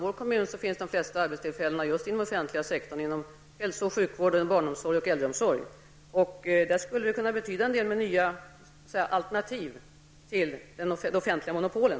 I min kommun finns de flesta arbetstillfällena just inom den offentliga sektorn -- inom hälso och sjukvården, barnomsorgen och äldreomsorgen. Där skulle det kunna betyda en del om vi fick alternativ till de offentliga monopolen.